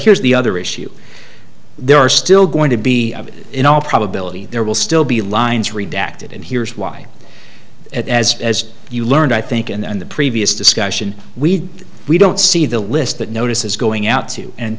here's the other issue there are still going to be in all probability there will still be lines redacted and here's why as as you learned i think and the previous discussion we did we don't see the list that notices going out to and